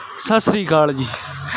ਸਾਸਰੀਕਾਲ ਜੀ